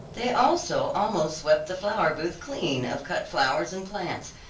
they also almost swept the flower booth clean of cut flowers and plants,